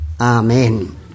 Amen